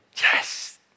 Yes